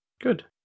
Good